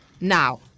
now